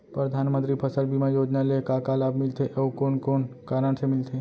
परधानमंतरी फसल बीमा योजना ले का का लाभ मिलथे अऊ कोन कोन कारण से मिलथे?